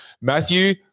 Matthew